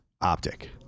optic